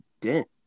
dent